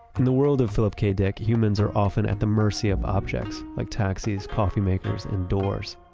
in the world of philip k. dick, humans are often at the mercy of objects. like taxis, coffee makers, and doors.